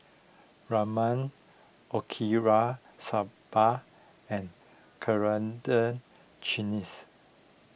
Ramen Okinawa Soba and Coriander Chutneys